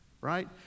right